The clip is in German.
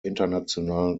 internationalen